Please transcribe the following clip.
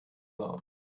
bart